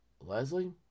Leslie